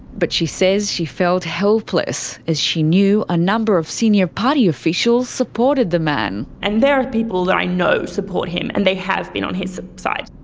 but she says she felt helpless as she knew a number of senior party officials supported the man. and there are people that i know support him and they have been on his side.